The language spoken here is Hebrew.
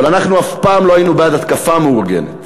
אבל אף פעם לא היינו בעד התקפה מאורגנת.